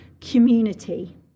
community